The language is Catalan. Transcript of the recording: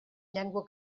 llengua